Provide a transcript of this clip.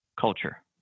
culture